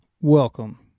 Welcome